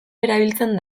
erabiltzen